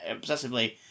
obsessively